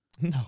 no